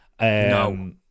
no